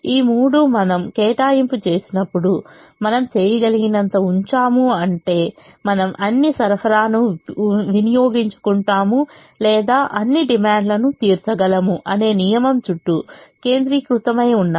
ఈ మూడు మనం కేటాయింపు చేసినప్పుడు మనం చేయగలిగినంత ఉంచాము అంటే మనం అన్ని సరఫరాను వినియోగించుకుంటాము లేదా అన్ని డిమాండ్లను తీర్చగలము అనే నియమం చుట్టూ కేంద్రీకృతమై ఉన్నాయి